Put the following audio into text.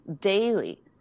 daily